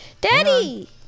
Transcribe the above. Daddy